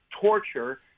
torture